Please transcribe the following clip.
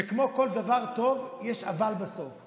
אמרתי שכמו כל דבר טוב, יש "אבל" בסוף.